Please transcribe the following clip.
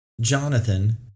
Jonathan